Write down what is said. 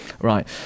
Right